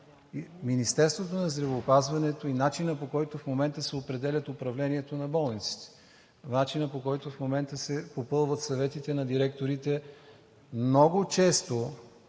Министерството на здравеопазването и начинът, по който в момента се определят управлението на болниците, начинът, по който в момента се попълват съветите на директорите, много често